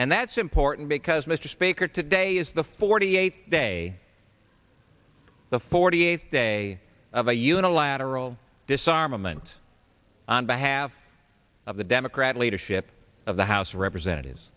and that's important because mr speaker today is the forty eight day the forty eighth day of a unilateral disarmament on behalf of the democrat leadership of the house of representatives